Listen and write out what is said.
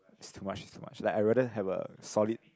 is too much is too much like I rather have a solid